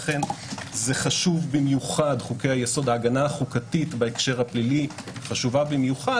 זה לכן חשוב במיוחד ההגנה החוקתית בהקשר הפלילי חשובה במיוחד